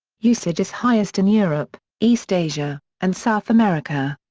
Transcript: usage is highest in europe, east asia, and south america.